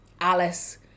Alice